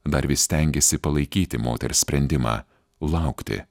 dar vis stengėsi palaikyti moters sprendimą laukti